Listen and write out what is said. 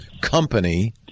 company